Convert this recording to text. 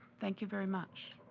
thank you very much.